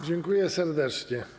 Dziękuję serdecznie.